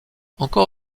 encore